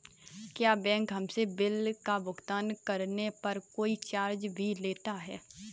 क्या बैंक हमसे बिल का भुगतान करने पर कोई चार्ज भी लेता है?